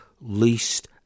least